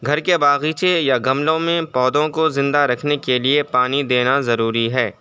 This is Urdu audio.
گھر کے باغیچے یا گملوں میں پودوں کو زندہ رکھنے کے لیے پانی دینا ضروری ہے